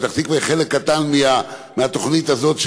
פתח תקווה היא חלק קטן מהתוכנית הזאת,